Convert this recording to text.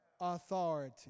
authority